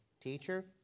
teacher